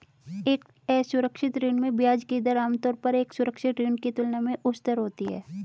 एक असुरक्षित ऋण में ब्याज की दर आमतौर पर एक सुरक्षित ऋण की तुलना में उच्चतर होती है?